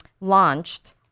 launched